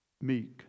meek